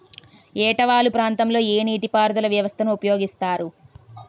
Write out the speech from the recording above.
ఏట వాలు ప్రాంతం లొ ఏ నీటిపారుదల వ్యవస్థ ని ఉపయోగిస్తారు?